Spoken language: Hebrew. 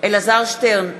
אלעזר שטרן,